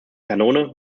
kanone